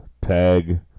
tag